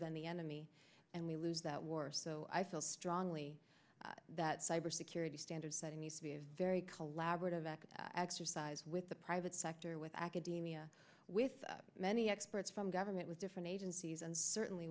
than the enemy and we lose that war so i feel strongly that cybersecurity standards that it needs to be a very collaborative act exercise with the private sector with academia with many experts from government with different agencies and certainly